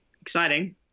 exciting